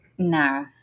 No